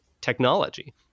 technology